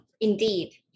indeed